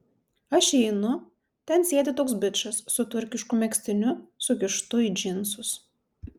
aš įeinu ten sėdi toks bičas su turkišku megztiniu sukištu į džinsus